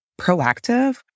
proactive